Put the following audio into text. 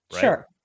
Sure